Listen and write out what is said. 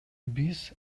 биз